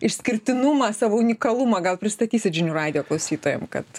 išskirtinumą savo unikalumą gal pristatysit žinių radijo klausytojam kad